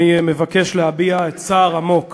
אני מבקש להביע צער עמוק